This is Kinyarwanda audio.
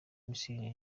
misiri